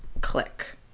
Click